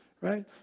right